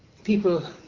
people